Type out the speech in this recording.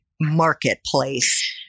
marketplace